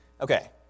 Okay